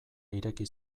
ireki